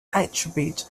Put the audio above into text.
attribute